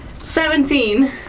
Seventeen